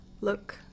look